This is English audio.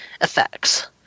effects